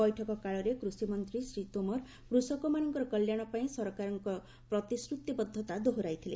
ବୈଠକକାଳରେ କୃଷିମନ୍ତ୍ରୀ ଶ୍ରୀ ତୋମାର କୃଷକମାନଙ୍କ କଲ୍ୟାଣ ପାଇଁ ସରକାରଙ୍କ ପ୍ରତିଶ୍ରତିବଦ୍ଧତା ଦୋହରାଇଥିଲେ